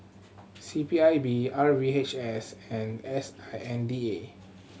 C P I B R V H S and S I N D A